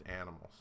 animals